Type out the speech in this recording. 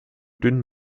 dünn